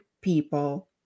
people